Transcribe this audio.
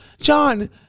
John